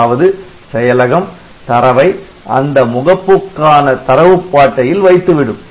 அதாவது செயலகம் தரவை அந்த முகப்புக்கான தரவுப்பாட்டையில் வைத்துவிடும்